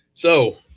so,